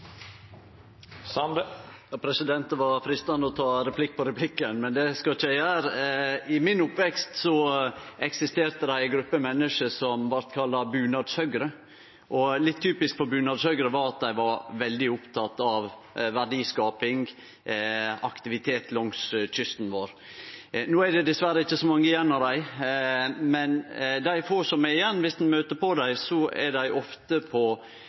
Det var freistande å ta replikk på replikken, men det skal eg ikkje gjere. I min oppvekst eksisterte det ei gruppe menneske som blei kalla bunadshøgre. Litt typisk for bunadshøgre var at dei var veldig opptekne av verdiskaping og aktivitet langs kysten vår. No er det dessverre ikkje så mange igjen av dei, men dei få som er igjen, viss ein møter på dei, er ofte på